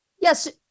Yes